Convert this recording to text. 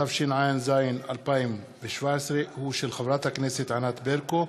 התשע"ז 2017, הוא של חברת הכנסת ענת ברקו,